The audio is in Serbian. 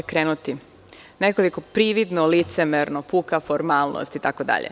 Odakle krenuti - nekoliko prividno, licemerno, puka formalnost itd.